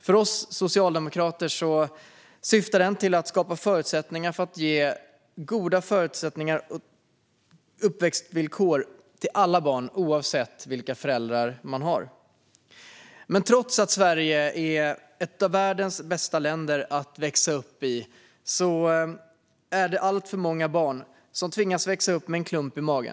För oss socialdemokrater syftar den till att skapa förutsättningar för att ge alla barn goda uppväxtvillkor, oavsett vilka föräldrar de har. Trots att Sverige är ett av världens bästa länder att växa upp i är det alltför många barn som tvingas växa upp med en klump i magen.